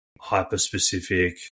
hyper-specific